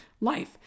life